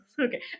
okay